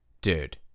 Dude